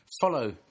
follow